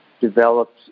developed